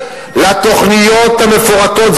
לתוכניות המפורטות.